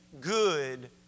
good